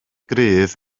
gryf